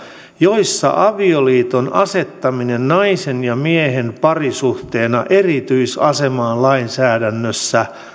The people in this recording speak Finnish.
joissa avioliiton asettaminen naisen ja miehen parisuhteena erityisasemaan lainsäädännössä